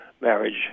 marriage